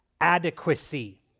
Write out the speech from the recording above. adequacy